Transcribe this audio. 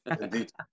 Indeed